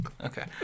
Okay